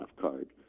card